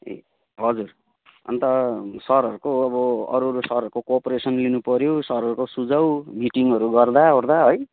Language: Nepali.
ए हजुर अनि त सरहरूको अब अरू अरू सरहरूको कोप्रेसन लिनुपऱ्यो सरहरूको सुझाउ मिटिङहरू गर्दावर्दा है